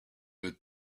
was